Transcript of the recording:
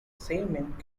assignment